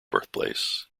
birthplace